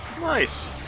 Nice